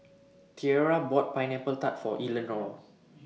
Tierra bought Pineapple Tart For Eleanore